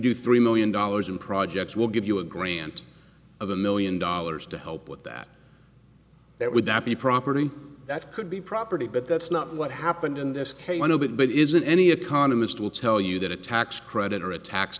do three million dollars in projects will give you a grant of a million dollars to help with that that would not be property that could be property but that's not what happened in this case it isn't any economist will tell you that a tax credit or a tax